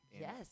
yes